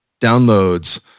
downloads